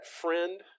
friend